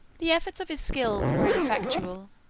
the efforts of his skill were ineffectual,